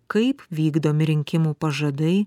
kaip vykdomi rinkimų pažadai